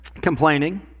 complaining